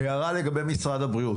הערה לגבי משרד הבריאות.